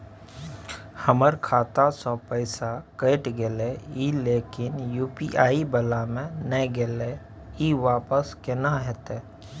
हमर खाता स पैसा कैट गेले इ लेकिन यु.पी.आई वाला म नय गेले इ वापस केना होतै?